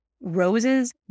Roses